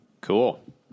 Cool